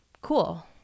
cool